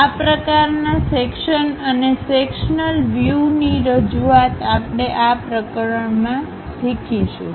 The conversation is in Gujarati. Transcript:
આ પ્રકાર ના સેક્શનઅને સેક્શલ વ્યુની રજુઆઅત આપણે આ પ્રકરણમાં શીખીશું